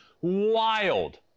wild